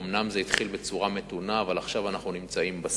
אומנם זה התחיל בצורה מתונה אבל עכשיו אנחנו בשיא.